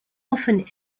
often